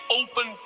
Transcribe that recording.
open